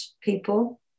people